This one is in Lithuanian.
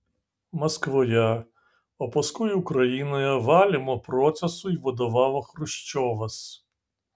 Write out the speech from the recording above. maskvoje o paskui ukrainoje valymo procesui vadovavo chruščiovas